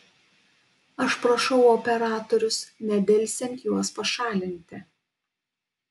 aš prašau operatorius nedelsiant juos pašalinti